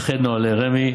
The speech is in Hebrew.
ולכן נוהלי רמ"י,